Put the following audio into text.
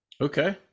Okay